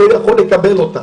לא יכול לקבל אותה,